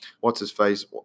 what's-his-face